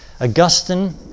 Augustine